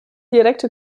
direkte